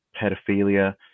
pedophilia